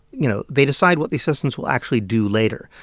you know, they decide what the assistants will actually do later.